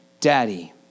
daddy